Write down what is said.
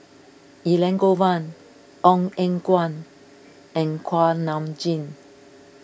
Elangovan Ong Eng Guan and Kuak Nam Jin